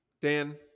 Dan